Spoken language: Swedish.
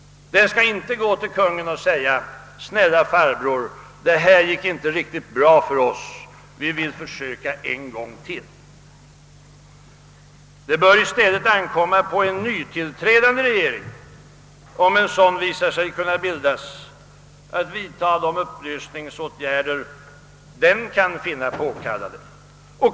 Den skall inte gå till kungen och säga: »Snälla farbror, det här gick inte riktigt bra för oss. Vi vill försöka en gång till.» Det bör istället ankomma på en ny tillträdande regering — om en sådan visar sig kunna bildas — att vidta de upplösningsåtgärder den kan finna påkallade.